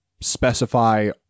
specify